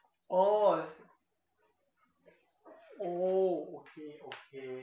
oh oh okay okay